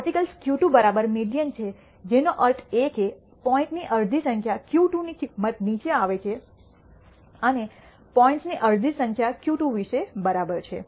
quartiles Q2 બરાબર median છે જેનો અર્થ એ છે કે પોઇન્ટની અડધી સંખ્યા Q2 ની કિંમત નીચે આવે છે અને પોઇન્ટ્સની અડધી સંખ્યા Q2 વિશે બરાબર છે